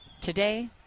Today